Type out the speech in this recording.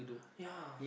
ya